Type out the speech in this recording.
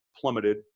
plummeted